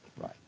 Right